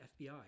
FBI